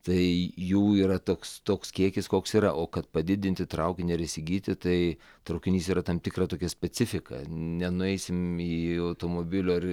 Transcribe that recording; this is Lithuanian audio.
tai jų yra toks toks kiekis koks yra o kad padidinti traukinį ar įsigyti tai traukinys yra tam tikra tokia specifika nenueisim į automobilio ar